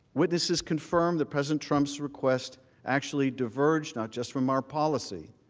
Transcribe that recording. witnesses confirmed that president trump's request actually diverts not just from our policy,